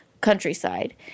countryside